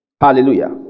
Hallelujah